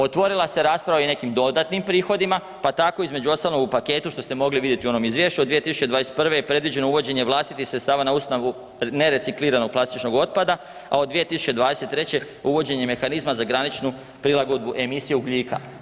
Otvorila se rasprava i o nekim dodatnim prihodima, pa tako između ostalog u paketu, što ste mogli vidjeti u onom izvješću, od 2021. je predviđeno uvođenje vlastitih sredstava na osnovu nerecikliranog plastičnog otpada, a od 2023. uvođenje mehanizma za graničnu prilagodbu emisije ugljika.